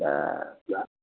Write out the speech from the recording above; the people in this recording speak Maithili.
तऽ